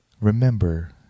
remember